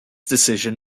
decision